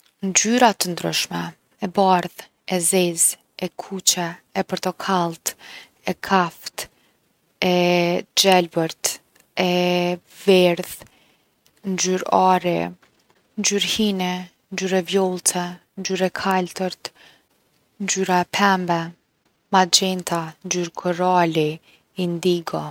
Ngyra t’ndryshme, e bardhë, e zezë, e kuqe, e portokallt, e kaft, e gjelbërt, e verdhë, ngjyrë ari, ngjyrë hini, ngjyrë e vjollce, ngjyrë e kaltërt, ngjyra e pembe, magjenta, ngjyrë korali, indigo.